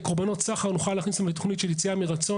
גם הפרמטרים של תכנון יש להם מבטים שונים,